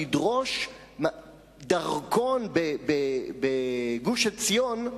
לדרוש דרכון בגוש-עציון,